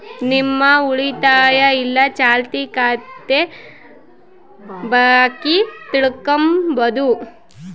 ನಿಮ್ಮ ಉಳಿತಾಯ ಇಲ್ಲ ಚಾಲ್ತಿ ಖಾತೆ ಬಾಕಿ ತಿಳ್ಕಂಬದು